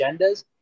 agendas